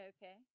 Okay